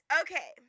Okay